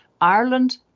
Ireland